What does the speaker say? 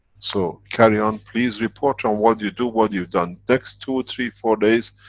so, carry on, please report on what you do, what you've done, next two, three, four days,